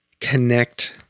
connect